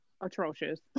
atrocious